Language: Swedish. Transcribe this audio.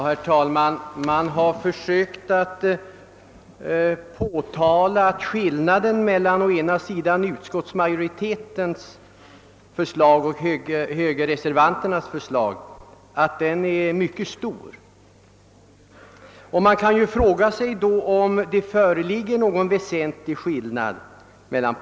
Herr talman! Man har försökt påstå att skillnaden mellan utskottsmajoritetens förslag och högerreservanternas förslag är mycket stor. Jag kan inte finna att det föreligger någon väsentlig skillnad dem emellan.